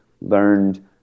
learned